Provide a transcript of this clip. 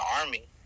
army